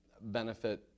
benefit